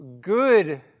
good